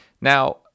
Now